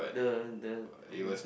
the the okay